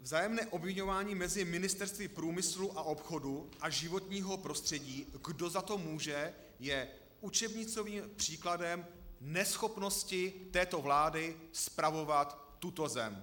Vzájemné obviňování mezi ministerstvy průmyslu a obchodu a životního prostředí, kdo za to může, je učebnicovým příkladem neschopnosti této vlády spravovat tuto zem.